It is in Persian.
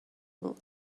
بود